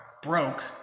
broke